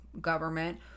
government